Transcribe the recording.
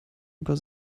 über